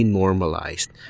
normalized